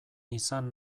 izan